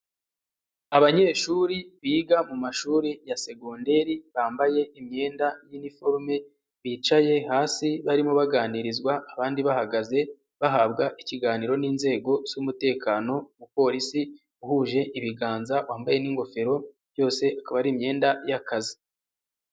Abanyeshuri biga mu mashuri ya segonderi bambaye imyenda ya iniforome bicaye hasi barimo baganirizwa abandi bahagaze bahabwa ikiganiro n'inzego z'umutekano, umupolisi uhuje ibiganza wambaye n'ingofero byose akaba ari imyenda y'akazi.